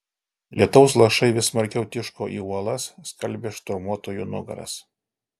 lietaus lašai vis smarkiau tiško į uolas skalbė šturmuotojų nugaras